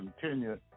continue